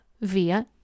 via